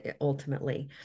ultimately